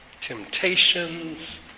temptations